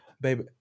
Baby